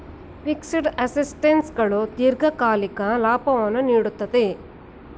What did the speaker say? fixed assets ಗಳು ದೀರ್ಘಕಾಲಿಕ ಲಾಭವನ್ನು ನೀಡುತ್ತದೆ